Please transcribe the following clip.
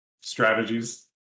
strategies